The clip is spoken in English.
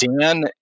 Dan